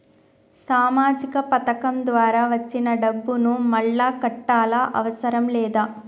సామాజిక పథకం ద్వారా వచ్చిన డబ్బును మళ్ళా కట్టాలా అవసరం లేదా?